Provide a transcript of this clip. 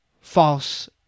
false